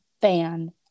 fan